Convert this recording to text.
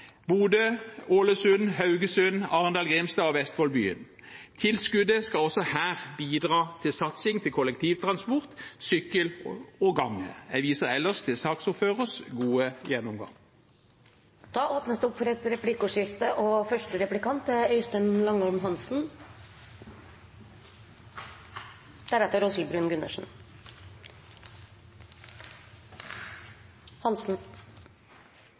Bodø, Ålesund, Haugesund, Arendal, Grimstad og Vestfoldbyen. Tilskuddet skal også her bidra til satsing på kollektivtransport, sykkel og gange. Jeg viser ellers til saksordførerens gode gjennomgang. Det blir replikkordskifte. I Arbeiderpartiet er vi også i NTP veldig opptatt av å bekjempe sosial dumping og